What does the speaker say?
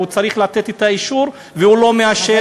והוא צריך לתת את האישור והוא לא מאשר.